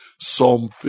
Psalm